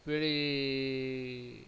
வெளி